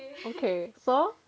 okay so